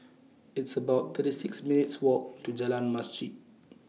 It's about thirty six minutes' Walk to Jalan Masjid